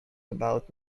about